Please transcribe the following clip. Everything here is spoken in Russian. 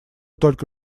только